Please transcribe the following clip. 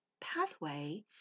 pathway